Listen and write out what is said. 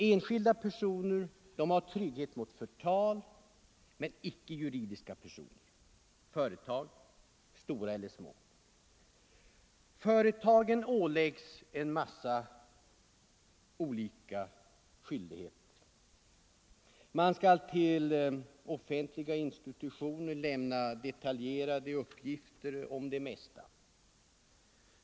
Enskilda personer har trygghet mot förtal men icke juridiska personer såsom företag — stora likaväl som små. Företagen åläggs en massa olika skyldigheter. De skall till offentliga institutioner lämna detaljerade uppgifter om det mesta.